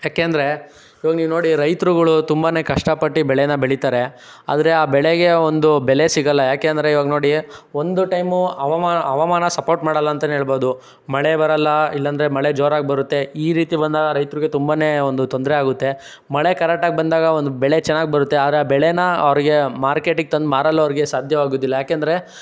ಏಕೆಂದರೆ ಈವಾಗ ನೀವು ನೋಡಿ ರೈತರುಗಳು ತುಂಬನೇ ಕಷ್ಟಪಟ್ಟು ಬೆಳೆನ ಬೆಳೀತಾರೆ ಆದರೆ ಆ ಬೆಳೆಗೆ ಒಂದು ಬೆಲೆ ಸಿಗಲ್ಲ ಏಕೆಂದರೆ ಈವಾಗ ನೋಡಿ ಒಂದು ಟೈಮ್ ಹವಾಮಾನ ಹವಾಮಾನ ಸಪೋರ್ಟ್ ಮಾಡಲ್ಲ ಅಂತಲೇ ಹೇಳ್ಬೋದು ಮಳೆ ಬರಲ್ಲ ಇಲ್ಲಾಂದ್ರೆ ಮಳೆ ಜೋರಾಗಿ ಬರುತ್ತೆ ಈ ರೀತಿ ಬಂದಾಗ ರೈತರಿಗೆ ತುಂಬನೇ ಒಂದು ತೊಂದರೆ ಆಗುತ್ತೆ ಮಳೆ ಕರೆಕ್ಟಾಗಿ ಬಂದಾಗ ಒಂದು ಬೆಳೆ ಚೆನ್ನಾಗಿ ಬರುತ್ತೆ ಆದರೆ ಆ ಬೆಳೆನ ಅವರಿಗೆ ಮಾರ್ಕೆಟ್ಗೆ ತಂದು ಮಾರಲು ಅವರಿಗೆ ಸಾಧ್ಯವಾಗುವುದಿಲ್ಲ ಏಕೆಂದರೆ